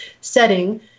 setting